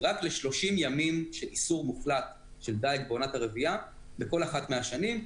רק ל-30 ימים של איסור מוחלט של דייג בעונת הרבייה בכל אחת מהשנים,